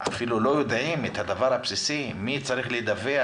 אפילו לא ידעים את הדבר הבסיסי של מי צריך לדווח.